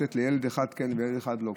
לתת לילד אחד כן ולילד אחד לא.